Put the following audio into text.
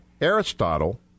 Aristotle